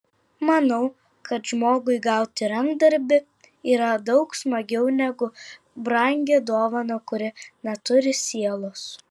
manau kad žmogui gauti rankdarbį yra daug smagiau negu brangią dovaną kuri neturi sielos